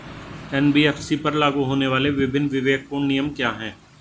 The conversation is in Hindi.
एन.बी.एफ.सी पर लागू होने वाले विभिन्न विवेकपूर्ण नियम क्या हैं?